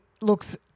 looks